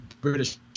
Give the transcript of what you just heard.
British